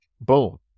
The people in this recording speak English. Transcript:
Boom